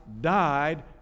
died